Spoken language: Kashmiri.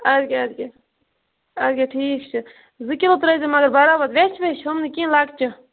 ادٕ کیاہ ادٕ کیاہ ادٕ کیاہ ٹھیٖک چھُ زٕ کِلوٗ ترٲیٚزِ مگر برابر ویٚچھِ ویٚچھِ ہُم نہٕ کینٛہہ لۄکچہِ